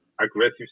aggressive